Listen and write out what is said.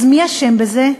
אז מי אשם בזה?